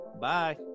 Bye